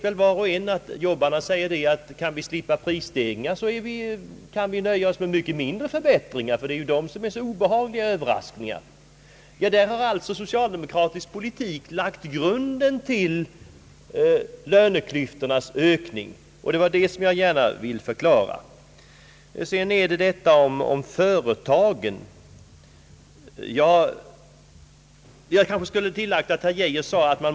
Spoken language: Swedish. Var och en vet att arbetarna säger, att om vi slipper prisstegringar kan vi nöja oss med mindre löneförbättringar. Det är prishöjningarna som är obehagliga överraskningar. Den socialdemokratiska politiken har alltså lagt grunden till ökningen av löneklyftorna.